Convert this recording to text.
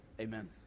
Amen